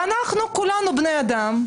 ואנחנו כולנו בני אדם,